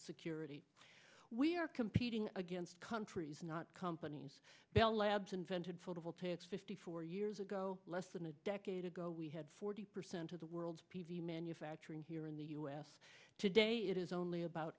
security we are competing against countries not companies bell labs invented photovoltaic fifty four years ago less than a decade ago we had forty percent of the world's p v manufacturing here in the u s today it is only about